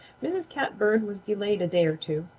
mrs. catbird was delayed a day or two.